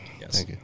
Yes